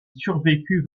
survécut